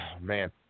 Man